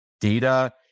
data